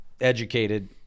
educated